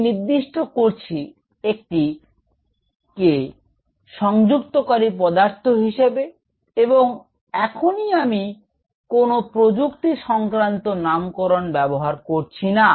আমি নির্দিষ্ট করছি এটিকে সংযুক্তকারী পদার্থ হিসেবে এবং এখনই আমি কোনও প্রযুক্তি সংক্রান্ত নামকরণ ব্যাবহার করছি না